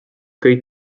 kõik